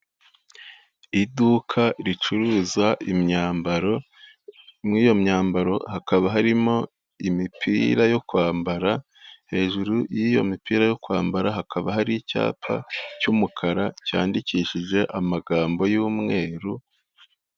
Iduka ricuruza imyambaro muri iyo myambaro hakaba harimo imipira yo kwambara, hejuru y'iyo mipira yo kwambara hakaba hari icyapa cy'umukara cyandikishije amagambo y'umweru.